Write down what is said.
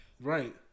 Right